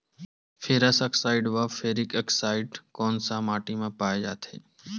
Ferrous oxide व ferric oxide कोन सा माटी म पाय जाथे?